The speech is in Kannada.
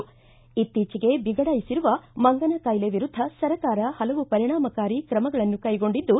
ಇತ್ತೀಚೆಗೆ ಬಿಗಡಾಯಿಸಿರುವ ಮಂಗನ ಕಾಯಿಲೆ ವಿರುದ್ಧ ಸರ್ಕಾರ ಹಲವು ಪರಿಣಾಮಕಾರಿ ಕ್ರಮಗಳನ್ನು ಕೈಗೊಂಡಿದ್ದು